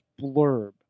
blurb